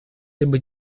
либо